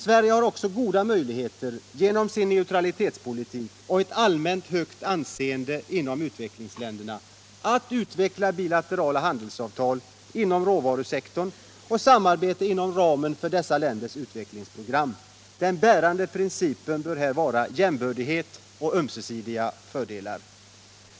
Sverige har också goda möjligheter genom sin neutralitetspolitik och ett allmänt högt anseende inom utvecklingsländerna att utveckla bilaterala handelsavtal inom råvarusektorn och samarbete inom ramen för dessa länders utvecklingsprogram. Den bärande principen bör här vara jämbördighet och ömsesidiga fördelar.